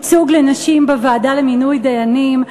ייצוג לנשים בוועדה למינוי דיינים.